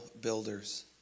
builders